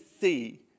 see